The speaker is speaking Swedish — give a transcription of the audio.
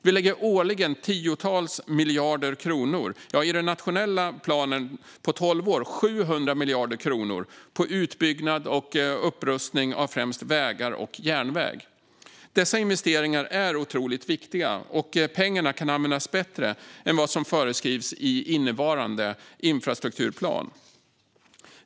Vi lägger årligen tiotals miljarder kronor - i den nationella planen på tolv år är det 700 miljarder kronor - på utbyggnad och upprustning av främst vägar och järnväg. Dessa investeringar är otroligt viktiga, och pengarna kan användas bättre än vad som föreskrivs i innevarande infrastrukturplan.